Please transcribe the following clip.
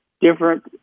different